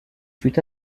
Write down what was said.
fut